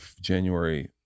january